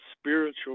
spiritual